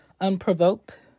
unprovoked